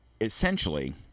essentially